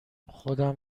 خودم